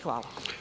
Hvala.